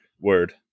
word